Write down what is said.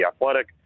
Athletic